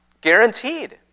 guaranteed